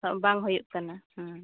ᱵᱟᱝ ᱦᱩᱭᱩᱜ ᱠᱟᱱᱟ ᱦᱮᱸ